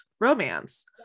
romance